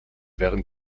wären